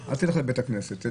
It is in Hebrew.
אל תלך לבית הכנסת.